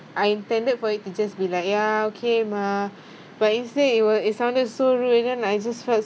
I intended for it to just be like ya okay mum but instead it will it sounded so rude and then I just felt